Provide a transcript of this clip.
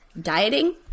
dieting